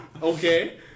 Okay